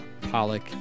Pollock